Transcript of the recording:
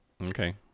okay